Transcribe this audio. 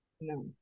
No